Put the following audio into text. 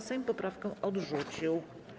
Sejm poprawkę odrzucił.